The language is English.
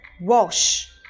wash